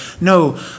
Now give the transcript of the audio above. no